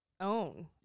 own